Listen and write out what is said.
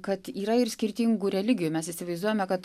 kad yra ir skirtingų religijų mes įsivaizduojame kad